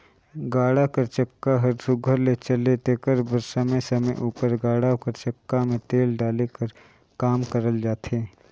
गाड़ा कर चक्का हर सुग्घर ले चले तेकर बर समे समे उपर गाड़ा कर चक्का मे तेल डाले कर काम करल जाथे